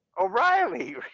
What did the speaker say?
O'Reilly